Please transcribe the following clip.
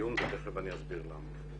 לדיון ותכף אני אסביר למה.